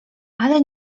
ale